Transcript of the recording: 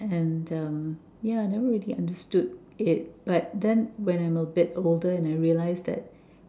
and uh yeah I never really understood it but then when I'm a bit older and I realize that